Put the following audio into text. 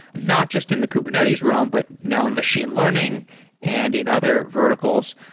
not just in the kubernetes realm, but now in machine learning and in other verticals,